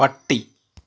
പട്ടി